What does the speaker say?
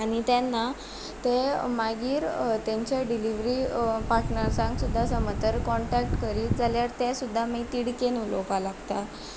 आनी तेन्ना ते मागीर तेंचे डिलीवरी पार्टनर्सांक सुद्दां समज जर कॉन्टेक्ट करीत जाल्यार ते सुद्दां मागीर तिडकीन उलोपा लागता